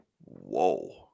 Whoa